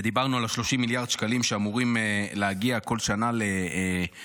ודיברנו על ה-30 מיליארד שקלים שאמורים להגיע כל שנה לתקציב,